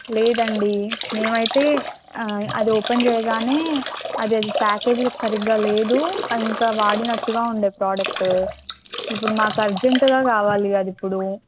లేదండి మేము అయితే అది ఓపెన్ చేయగానే అది అది ప్యాకేజ్ సరిగ్గా లేదు ఇంకా వాడినటట్టు ఉండే ప్రాడక్ట్ ఇప్పుడు మాకు అర్జెంటుగా కావాలి అది ఇప్పుడు